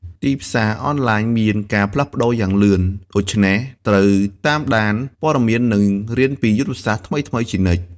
ទីផ្សារអនឡាញមានការផ្លាស់ប្ដូរយ៉ាងលឿន ដូច្នេះត្រូវតាមដានព័ត៌មាន និងរៀនពីយុទ្ធសាស្ត្រថ្មីៗជានិច្ច។